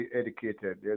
educated